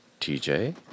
TJ